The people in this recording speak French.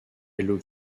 hello